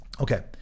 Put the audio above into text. Okay